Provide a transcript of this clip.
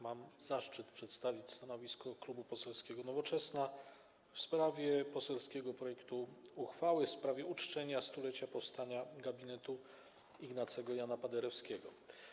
Mam zaszczyt przedstawić stanowisko Klubu Poselskiego Nowoczesna w sprawie poselskiego projektu uchwały w sprawie uczczenia 100-lecia powstania gabinetu Ignacego Jana Paderewskiego.